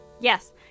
Yes